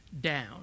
down